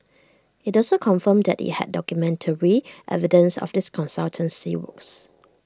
IT also confirmed that IT had documentary evidence of these consultancy works